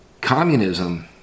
Communism